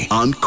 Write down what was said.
on